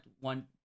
one –